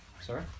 Sorry